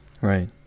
Right